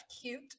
cute